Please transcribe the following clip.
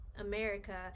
America